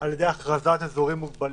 על ידי הכרזת אזורים מוגבלים.